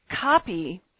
copy